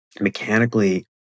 mechanically